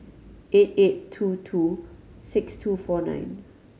eight eight two two six two four nine